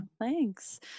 Thanks